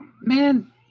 man